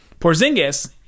Porzingis